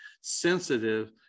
sensitive